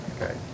Okay